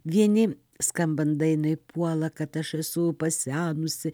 vieni skambant dainai puola kad aš esu pasenusi